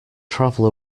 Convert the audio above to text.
travel